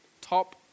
Top